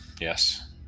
yes